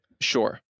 Sure